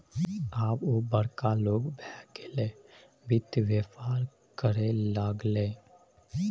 आब ओ बड़का लोग भए गेलै वित्त बेपार करय लागलै